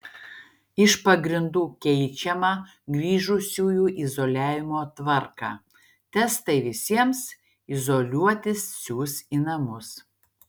iš pagrindų keičiama grįžusiųjų izoliavimo tvarką testai visiems izoliuotis siųs į namus